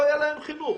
לא יהיה להם חינוך.